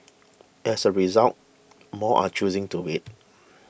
as a result more are choosing to wait